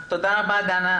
הוסרה,